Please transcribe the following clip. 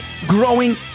growing